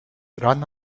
run